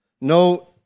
no